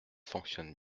fonctionne